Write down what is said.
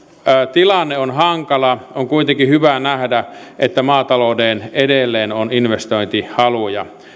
tilanne on hankala on kuitenkin hyvä nähdä että maatalouteen edelleen on investointihaluja